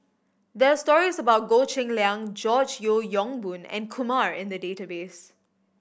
there are stories about Goh Cheng Liang George Yeo Yong Boon and Kumar in the database